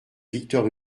victor